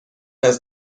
است